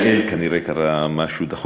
ליעל כנראה קרה משהו דחוף,